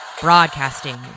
Broadcasting